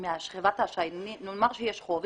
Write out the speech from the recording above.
מחברות האשראי נאמר שיש חוב,